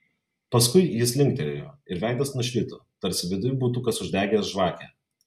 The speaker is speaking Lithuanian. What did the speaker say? paskui jis linktelėjo ir veidas nušvito tarsi viduj būtų kas uždegęs žvakę